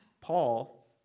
Paul